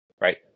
right